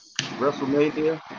WrestleMania